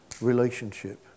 relationship